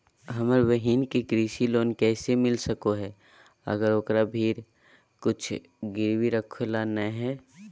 हमर बहिन के कृषि लोन कइसे मिल सको हइ, अगर ओकरा भीर कुछ गिरवी रखे ला नै हइ?